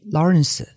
Lawrence